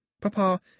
Papa